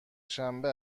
شنبه